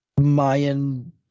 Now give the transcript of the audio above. Mayan